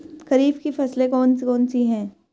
खरीफ की फसलें कौन कौन सी हैं?